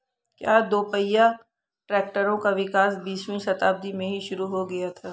क्या दोपहिया ट्रैक्टरों का विकास बीसवीं शताब्दी में ही शुरु हो गया था?